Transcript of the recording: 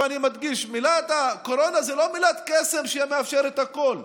ואני מדגיש: הקורונה זאת לא מילת קסם שמאפשרת הכול.